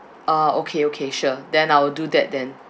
ah okay okay sure then I will do that then